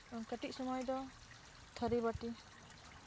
ᱠᱟᱹᱴᱤᱡ ᱥᱚᱢᱚᱭ ᱫᱚ ᱛᱷᱟᱹᱨᱤ ᱵᱟᱹᱴᱤ